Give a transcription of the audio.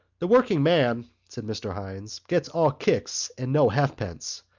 the working-man, said mr. hynes, gets all kicks and no halfpence.